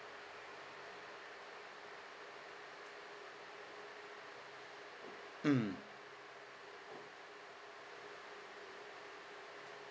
mm